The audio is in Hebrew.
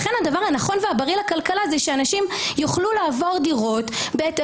לכן הדבר הנכון והבריא לכלכלה זה שאנשים יוכלו לעבור דירות בהתאם